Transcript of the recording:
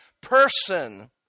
person